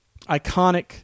iconic